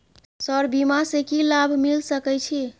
Sir बीमा से की लाभ मिल सके छी?